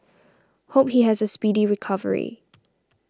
hope he has a speedy recovery